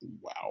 wow